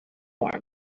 warm